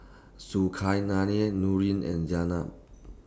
Zulkarnain Nurin and Jenab